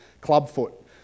clubfoot